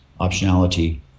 optionality